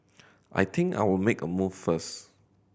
I think I'll make a move first